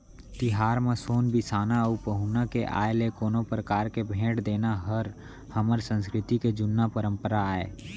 तिहार म सोन बिसाना अउ पहुना के आय ले कोनो परकार के भेंट देना हर हमर संस्कृति के जुन्ना परपंरा आय